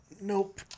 Nope